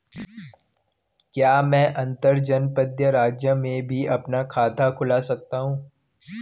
क्या मैं अंतर्जनपदीय राज्य में भी अपना खाता खुलवा सकता हूँ?